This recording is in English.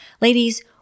Ladies